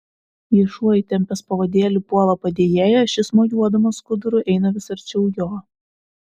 jei šuo įtempęs pavadėlį puola padėjėją šis mojuodamas skuduru eina vis arčiau jo